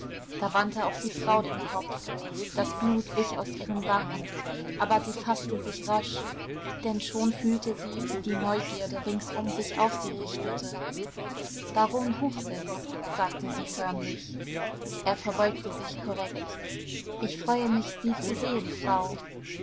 da wandte auch die frau den kopf das blut wich aus ihren wangen aber sie faßte sich rasch denn schon fühlte sie wie die neugierde ringsum sich auf sie richtete baron hochseß sagte sie förmlich er verbeugte sich korrekt ich freue mich sie zu sehen frau